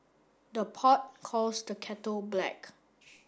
the pot calls the kettle black